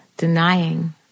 denying